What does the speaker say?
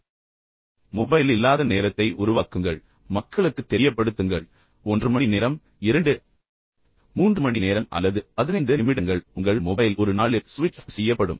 முதலில் நான் சொன்னேன் மொபைல் இல்லாத நேரத்தை உருவாக்குங்கள் மக்களுக்குத் தெரியப்படுத்துங்கள் 1 மணி நேரம் 2 மணி நேரம் 3 மணி நேரம் அல்லது குறைந்தது 15 நிமிடங்கள் கூட உங்கள் மொபைல் ஒரு நாளில் சுவிட்ச் ஆஃப் செய்யப்படும்